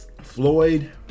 Floyd